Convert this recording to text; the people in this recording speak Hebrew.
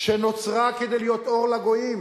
נוצרה כדי להיות אור לגויים